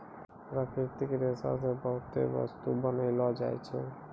प्राकृतिक रेशा से बहुते बस्तु बनैलो जाय छै